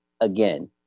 again